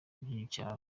by’icyaro